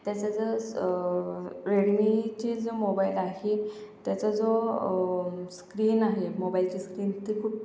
त्याचं जं स रेडमीचे जं मोबाइल आहे त्याचा जो स्क्रीन आहे मोबाईलची स्कीन ती खूप